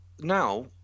now